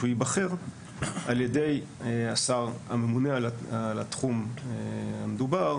שהוא ייבחר על ידי השר הממונה על התחום המדובר.